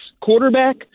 quarterback